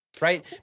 right